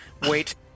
Wait